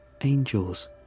Angels